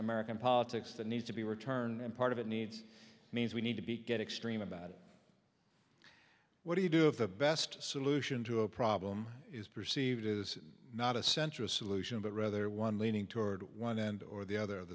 american politics that needs to be returned and part of it needs means we need to be get extremely bad what do you do if the best solution to a problem is perceived is not a central solution but rather one leaning toward one end or the other of